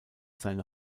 seine